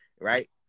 Right